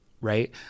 right